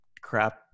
crap